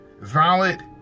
valid